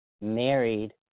married